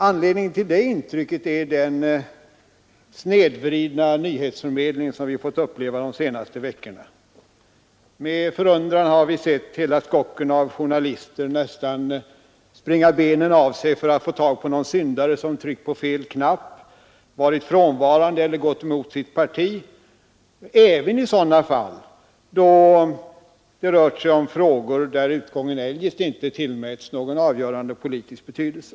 Anledningen till detta är den snedvridna nyhetsförmedling som vi fått uppleva de senaste veckorna. Med förundran har vi sett hela skocken av journalister nästan springa benen av sig för att få tag på någon syndare som tryckt på fel knapp, varit frånvarande eller gått emot sitt parti — även i sådana fall då det rör sig om frågor där utgången eljest inte tillmäts någon avgörande politisk betydelse.